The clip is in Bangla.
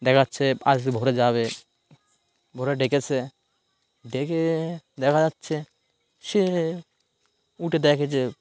দেখা যাচ্ছে আজ ভোরে যাবে ভোরে ডেকেছে ডেকে দেখা যাচ্ছে সে উঠে দেখে যে